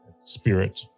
spirit